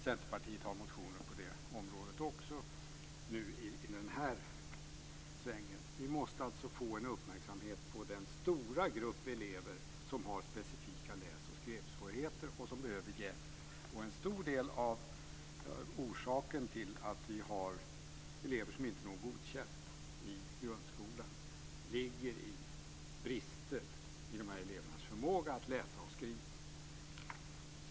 Centerpartiet har flera motioner på det området också. Vi måste alltså få en uppmärksamhet på den stora grupp elever som har specifika läs och skrivsvårigheter och som behöver hjälp. En stor del av orsaken till att vi har elever som inte når godkänd i grundskolan ligger i brister i dessa elevers förmåga att läsa och skriva.